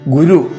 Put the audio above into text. Guru